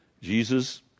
Jesus